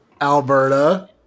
Alberta